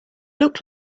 look